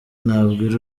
nabwira